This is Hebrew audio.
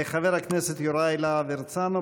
חבר הכנסת יוראי להב הרצנו,